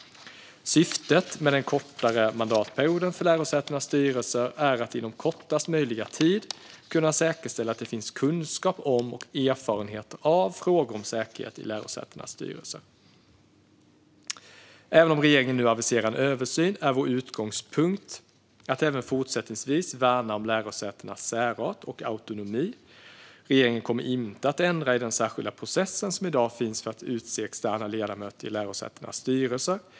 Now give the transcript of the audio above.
Syftet med den kortare mandatperioden för lärosätenas styrelser är att inom kortaste möjliga tid kunna säkerställa att det finns kunskap om och erfarenhet av frågor om säkerhet i lärosätenas styrelser. Även om regeringen nu aviserar en översyn är vår utgångspunkt att även fortsättningsvis värna om lärosätenas särart och autonomi. Regeringen kommer inte att ändra den särskilda process som i dag finns för att utse externa ledamöter i lärosätenas styrelser.